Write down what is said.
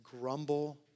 grumble